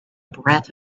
breath